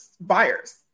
buyers